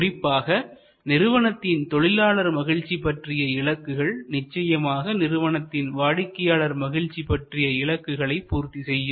குறிப்பாக நிறுவனத்தின் தொழிலாளர் மகிழ்ச்சி பற்றிய இலக்குகள் நிச்சயமாக நிறுவனத்தின் வாடிக்கையாளர் மகிழ்ச்சி பற்றிய இலக்குகளை பூர்த்தி செய்யும்